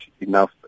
enough